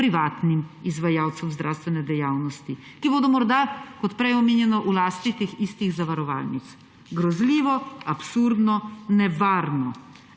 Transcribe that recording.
privatnim izvajalcem zdravstvene dejavnosti, ki bodo morda, kot prej omenjeno, v lasti teh. istih zavarovalnic. Grozljivo, absurdno, nevarno.